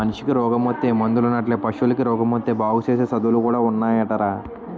మనిసికి రోగమొత్తే మందులున్నట్లే పశువులకి రోగమొత్తే బాగుసేసే సదువులు కూడా ఉన్నాయటరా